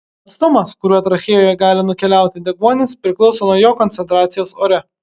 atstumas kuriuo trachėjoje gali nukeliauti deguonis priklauso nuo jo koncentracijos ore